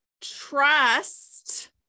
trust